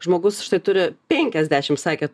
žmogus štai turi penkiasdešim sakė